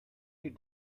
you